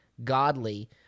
godly